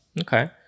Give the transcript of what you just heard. okay